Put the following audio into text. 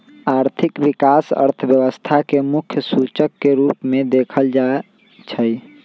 आर्थिक विकास अर्थव्यवस्था के मुख्य सूचक के रूप में देखल जाइ छइ